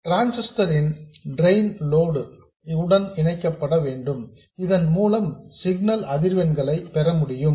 transistor இன் drain load உடன் இணைக்கப்பட வேண்டும் இதன் மூலம் சிக்னல் அதிர்வெண்களை பெற முடியும்